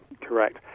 correct